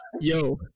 yo